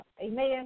amen